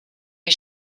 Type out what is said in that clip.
les